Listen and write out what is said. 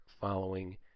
following